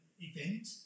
event